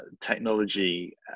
technology